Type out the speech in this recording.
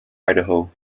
idaho